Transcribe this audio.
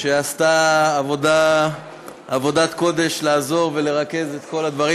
שעשתה עבודת קודש, לעזור ולרכז את כל הדברים.